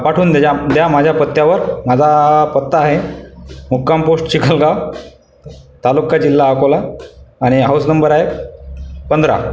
पाठवून द्या ज्या ज्या माझ्या पत्त्यावर माझा पत्ता आहे मुक्काम पोस्ट चिखलगाव तालुका जिल्हा अकोला आणि हाउस नंबर आहे पंधरा